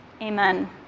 amen